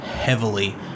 heavily